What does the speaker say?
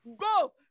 go